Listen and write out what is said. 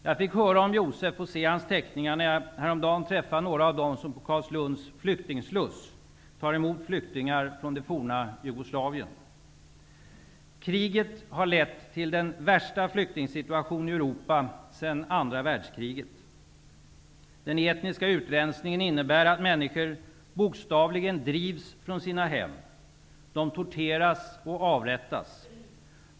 Jag fick höra om Josef och se hans teckningar när jag häromdagen träffade några av dem som på Carlslunds flyktingsluss tar emot flyktingar från det forna Jugoslavien. Kriget har lett till den värsta flyktingsituationen i Europa sedan andra världskriget. Den etniska utrensningen innebär att människor bokstavligen drivs från sina hem. De torteras och avrättas.